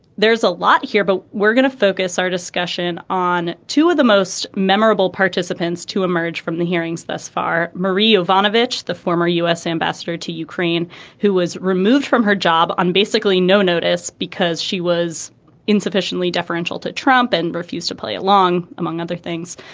there's a lot here, but we're going to focus our discussion on two of the most memorable participants to emerge from the hearings thus far, mario voinovich, the former u s. ambassador to ukraine who was removed from her job on basically no notice because she was insufficiently. inferential to trump and refused to play along among other things,